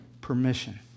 permission